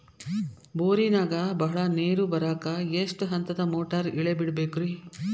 ಬೋರಿನಾಗ ಬಹಳ ನೇರು ಬರಾಕ ಎಷ್ಟು ಹಂತದ ಮೋಟಾರ್ ಇಳೆ ಬಿಡಬೇಕು ರಿ?